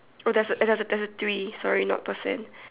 oh that's a that's a that's three sorry not percent